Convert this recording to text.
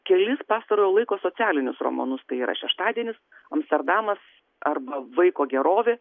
kelis pastarojo laiko socialinius romanus tai yra šeštadienis amsterdamas arba vaiko gerovė